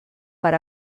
per